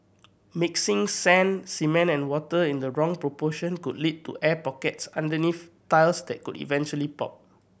mixing sand cement and water in the wrong proportion could lead to air pockets underneath tiles that could eventually pop